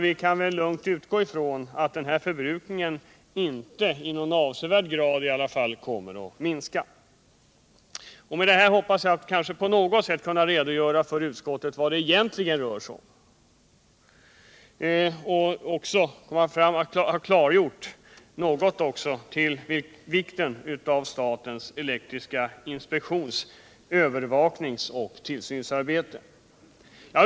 Vi kan lugnt utgå ifrån att denna förbrukning inte i någon avsevärd grad kommer att minska. Med detta hoppas jag ha kunnat klargöra för utskottet vad det egentligen rör sig om och även något ha kunnat klargöra vikten av statens elektriska inspektions-, övervakningsoch tillsynsarbete.